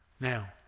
now